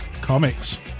comics